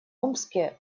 омске